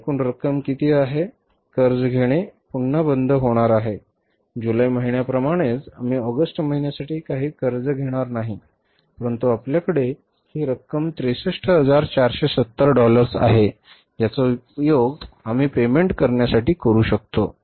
तर एकूण रक्कम किती आहे कर्ज घेणे पुन्हा बंद होणार आहे जुलै महिन्याप्रमाणेच आम्ही ऑगस्ट महिन्यासाठी काही कर्ज घेणार नाही परंतु आपल्याकडे ही रक्कम 63470 डॉलर्स आहे ज्याचा उपयोग आम्ही पेमेंट करण्यासाठी करू शकतो